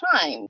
time